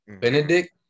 Benedict